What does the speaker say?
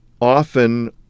often